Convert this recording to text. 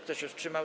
Kto się wstrzymał?